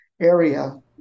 area